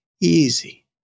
easy